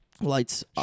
Lights